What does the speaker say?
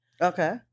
Okay